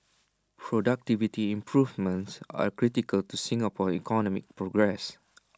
productivity improvements are critical to Singapore's economic progress